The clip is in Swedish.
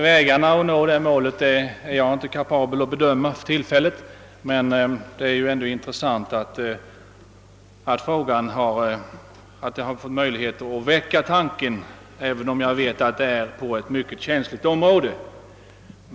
Vägarna att nå detta mål är jag inte kapabel att bedöma för tillfället, men det är ändå intressant att det har varit möjligt att väcka tanken, även om jag vet att detta är ett oerhört känsligt område.